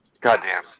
Goddamn